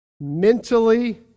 mentally